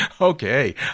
Okay